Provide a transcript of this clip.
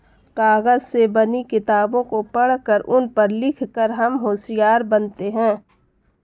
कागज से बनी किताबों को पढ़कर उन पर लिख कर हम होशियार बनते हैं